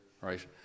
right